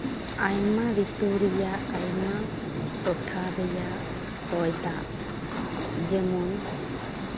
ᱟᱭᱢᱟ ᱨᱤᱛᱩ ᱨᱮᱭᱟᱜ ᱟᱭᱢᱟ ᱴᱚᱴᱷᱟ ᱨᱮᱭᱟᱜ ᱦᱚᱭ ᱫᱟᱜ ᱡᱮᱢᱚᱱ